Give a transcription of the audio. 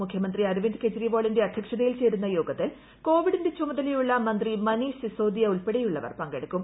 മുഖ്യമന്ത്രി അരവിന്ദ് കേജ്രിവാളിന്റെ അധ്യക്ഷതയിൽ ചേരുന്ന യോഗത്തിൽ കോവിഡിന്റെ ചുമതലയുള്ള മന്ത്രി മനീഷ് സിസോദിയ ഉൾപ്പെടെയുള്ളവർ പങ്കെടുക്കും